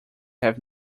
have